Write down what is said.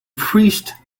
priest